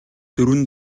дөрвөн